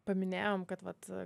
paminėjom kad vat